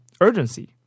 urgency